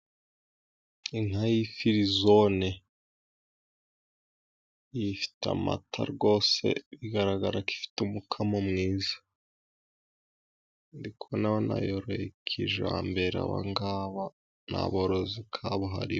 Inka y'ifirizone ifite amata rwose, bigaragara ko ifite umukamo mwiza. Ndi kubona banayoroye kijyambere aba ngaba ni aborozi kabuhariwe.